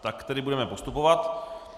Tak tedy budeme postupovat.